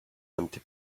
empty